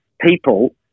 people